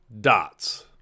Dots